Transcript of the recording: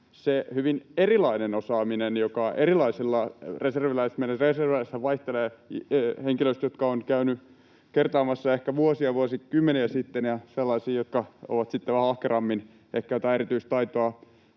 se hyvin erilainen osaaminen, joka on erilaisilla reserviläisillä — meidän reserviläisethän vaihtelevat henkilöistä, jotka ovat käyneet kertaamassa ehkä vuosia, vuosikymmeniä sitten, sellaisiin, jotka ovat sitten vähän ahkerammin, ehkä jotain erityistaitoa